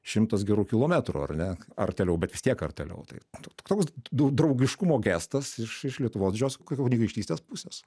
šimtas gerų kilometrų ar ne artėliau bet vis tiek artėliau tai toks draugiškumo gestas iš iš lietuvos didžiosios kunigaikštystės pusės